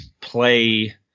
play